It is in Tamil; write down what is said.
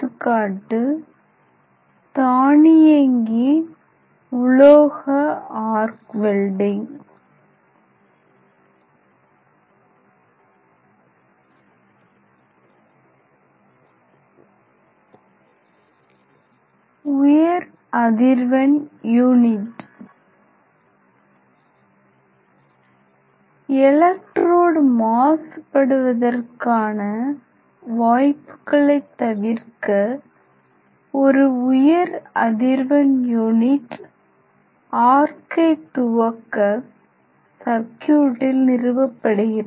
கா தானியங்கி உலோக ஆர்க் வெல்டிங் உயர் அதிர்வெண் யூனிட் எலெக்ட்ரோடு மாசுபடுவதற்கான வாய்ப்புகளை தவிர்க்க ஒரு உயர் அதிர்வெண் யூனிட் ஆர்க்கை துவக்க சர்க்யூட்டில் நிறுவப்படுகிறது